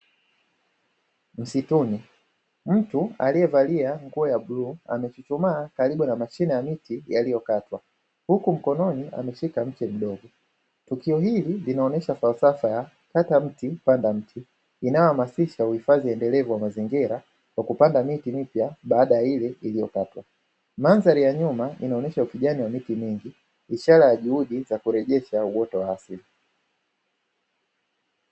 Msituni. Mtu aliyevalia nguo ya bluu amechuchumaa karibu na mashina yaliyokatwa huku mkononi ameshika mche mdogo. Tukio hili linaonesha farsafa ya "kata mti panda mti", inayohamasisha uhifadhi endelevu wa mazingira kwa kupanda miti mipya baada ya ile iliyokatwa. Mandhari ya nyuma inaonesha ukijani wa miti mingi ishara ya juhudi za kurejesha uoto wa asili.